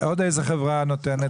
--- עוד איזה חברה נותנת?